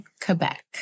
Quebec